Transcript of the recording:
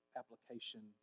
application